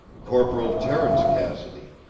corporal terence cassidy.